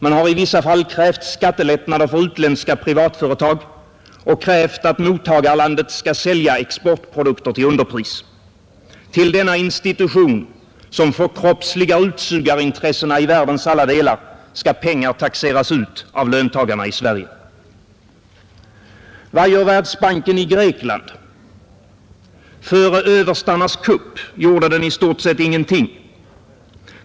Man har i vissa fall krävt skattelättnader för utländska privatföretag och krävt att mottagarlandet skall sälja exportprodukter till underpris. Till denna institution, som förkroppsligar utsugarintressena i världens alla delar, skall pengar taxeras ut av löntagarna i Sverige. Vad gör Världsbanken i Grekland? Före överstarnas kupp gjorde den i stort sett ingenting.